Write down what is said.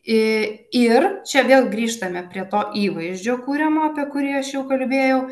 i yra čia vėl grįžtame prie to įvaizdžio kuriamo apie kurį aš jau kalbėjau